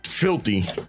filthy